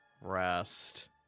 rest